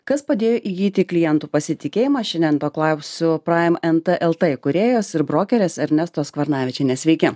kas padėjo įgyti klientų pasitikėjimą šiandien to klausiu prajem entė eltė įkūrėjos ir brokerės ernestos skvarnavičienės sveiki